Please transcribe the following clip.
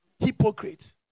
Hypocrite